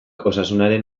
osasunaren